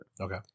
Okay